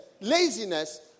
laziness